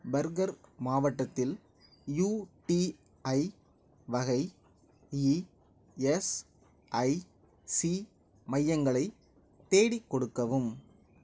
burger மாவட்டத்தில் UTI வகை ESIC மையங்களைத் தேடி கொடுக்கவும்